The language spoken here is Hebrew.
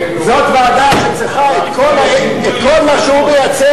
זאת ועדה שצריכה להעביר את כל מה שהוא מייצר,